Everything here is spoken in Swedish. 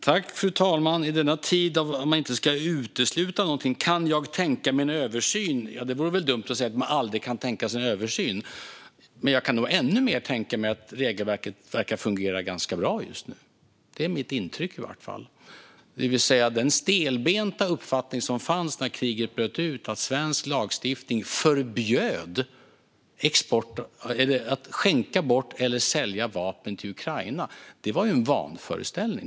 Fru talman! I denna tid då man inte ska utesluta någonting vore det väl dumt att säga att jag aldrig kan tänka mig en översyn. Men jag kan nog ännu mer tänka att regelverket verkar fungera ganska bra just nu. Det är i alla fall mitt intryck. Den stelbenta uppfattning som fanns när kriget bröt ut om att svensk lagstiftning förbjöd att skänka bort eller sälja vapen till Ukraina var en vanföreställning.